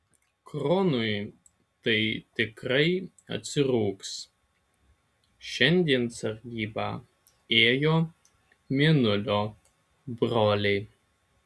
kronui tai tikrai atsirūgs šiandien sargybą ėjo mėnulio broliai